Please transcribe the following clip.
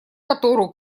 которую